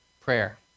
prayer